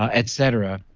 ah et cetera,